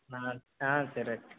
ஆ சரி